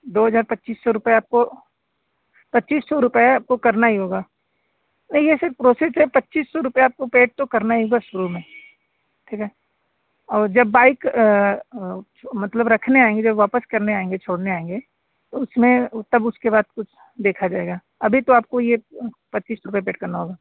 दो हज़ार पच्चीस सौ रूपये आपको पच्चीस सौ रुपये आपको करना ही होगा और ये सर प्रोसेस है पच्चीस सौ रुपये आपको पैड तो करना ही होगा शुरू में ठीक है और जब बाइक मतलब रखने आएँगे जब मतलब वापस करने आएँगे छोड़ने आएँगे तो उस में तब उसके बाद कुछ देखा जाएगा अभी तो आपको ये पच्चीस सौ रुपये पेड़ करना होगा